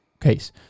case